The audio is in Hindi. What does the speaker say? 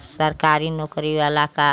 सरकारी नौकरी वाला का